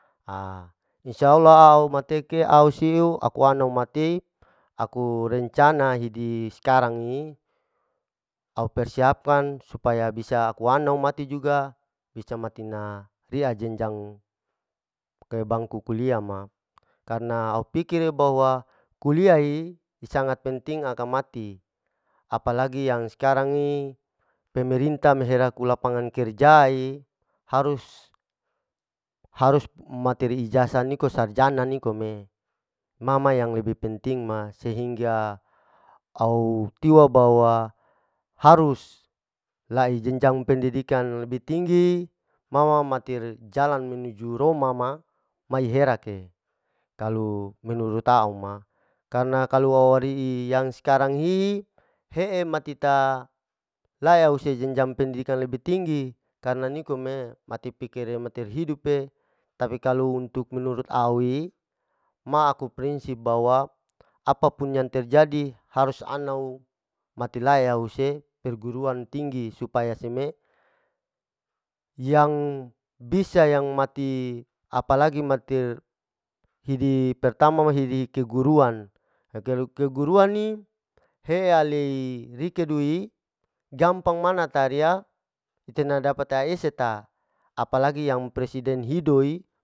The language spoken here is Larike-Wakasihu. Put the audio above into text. A'in sya allah au mateke au siu akuana mati aku rencana hidi sekarang i au persipan supaya akuana mati juga bisa mati na riya jenjang ke bangku kulia ma, karna au pikir bahwa kulia'i sangat penting akang mati, apa lagi yang skarang i pemerintah menghirauk lapangan kerja hi, harus-harus materi ijasa niko sarjana nikom ee, ma ma yang lebih penting ma sehingga au tiwa bawa harus lai jenjang pendidikan lebih tinggi ma ma mater jalan menuju roma ma mai herake, kalu menurut au ma, karna kalu oiri'i yang skarang hihi, he'e mate ta laya husa jenjang pendidikan lebih tinggi, karna nikom me mate pikir mater hidup e, tapi kalau untuk menurut awi, ma aku prinsip bawa, apa pun yang terjadi harus anau mate lay ya huse, perguruan tinggi supaya seme, yang bisa yang mati apalagi matir hidi pertama hidi keguruan hikeu keguruan ne he'e aley rikedui gampang manata riya, hiterna dapata hiseta apa lagi yang presiden hidoi.